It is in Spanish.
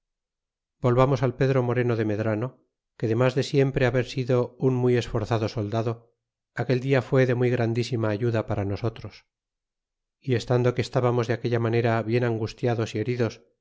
volvamos al pedro moreno de medrano que demas de siempre haber sido un muy esforzado soldado aquel dia fué de muy grandísima ayuda para nosotros y estando que estábamos de aquella manera bien angustiados y heridos